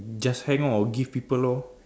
just hang up or give people lor